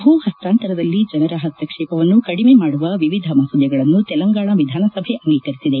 ಭೂ ಹಸ್ತಾಂತರದಲ್ಲಿ ಜನರ ಹಸ್ತಕ್ಷೇಪವನ್ನು ಕಡಿಮೆ ಮಾಡುವ ವಿವಿಧ ಮಸೂದೆಗಳನ್ನು ತೆಲಂಗಾಣ ವಿಧಾನಸಭೆ ಅಂಗಿಕರಿಸಿದೆ